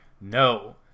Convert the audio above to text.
no